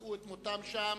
ומצאו את מותם שם,